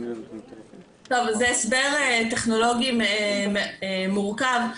זה הסבר טכנולוגי מורכב.